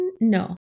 No